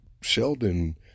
Sheldon